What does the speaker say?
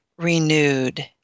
renewed